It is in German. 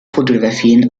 fotografien